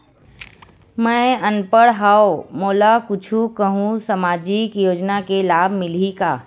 मैं अनपढ़ हाव मोला कुछ कहूं सामाजिक योजना के लाभ मिलही का?